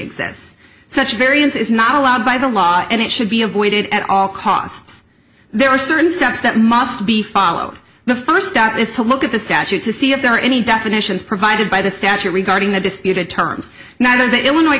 exists such variance is not allowed by the law and it should be avoided at all costs there are certain steps that must be followed the first step is to look at the statute to see if there are any definitions provided by the statute regarding the disputed terms neither the illinois